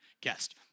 guest